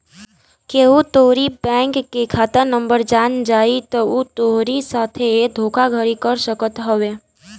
केहू तोहरी बैंक के खाता नंबर जान जाई तअ उ तोहरी साथे धोखाधड़ी कर सकत हवे